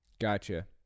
Gotcha